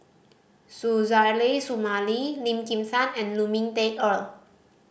Suzairhe Sumari Lim Kim San and Lu Ming Teh Earl